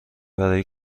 برای